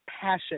passion